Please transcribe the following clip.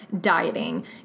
dieting